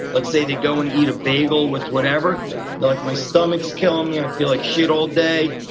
let's say they go and eat a bagel with whatever. they're like, my stomach is killing me. i feel like shit all day.